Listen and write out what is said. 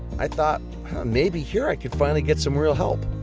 i thought maybe here i could finally get some real help.